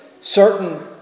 certain